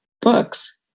books